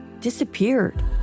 disappeared